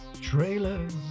Trailers